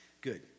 Good